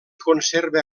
conserva